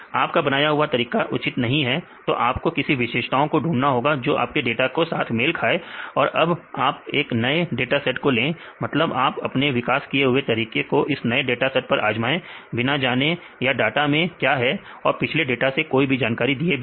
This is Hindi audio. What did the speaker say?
आप का बनाया हुआ तरीका उचित नहीं है तो आपको ऐसी विशेषताओं को ढूंढना होगा जो आपके डाटा के साथ मेल खाए तो अब आप नए डाटा सेट को ले मतलब आप अपने विकास किए हुए तरीके को इस नए डाटा सेट पर आजमाएं बिना जाने या डाटा में क्या है और पिछले डाटा से कोई भी जानकारी दिए बिना